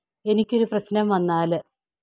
എനിക്കൊരു പ്രശ്നം വന്നാൽ